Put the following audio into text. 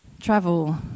travel